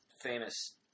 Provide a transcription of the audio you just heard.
famous